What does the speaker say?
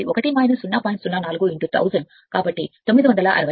04 1000 కాబట్టి 960 rpm